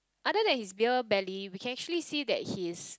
other than his beer belly we can actually see that he is